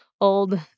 old